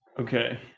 Okay